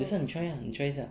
等下你 try lah 你 try 一下